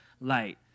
light